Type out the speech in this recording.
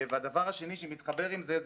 הדבר השני שמתחבר עם זה,